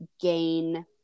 gain